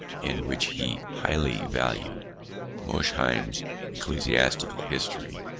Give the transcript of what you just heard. and which he highly valued mosheim's ecclesiastical history,